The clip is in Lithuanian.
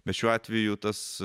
bet šiuo atveju tas